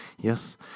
Yes